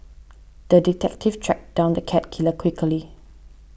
the detective tracked down the cat killer quickly